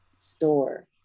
store